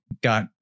got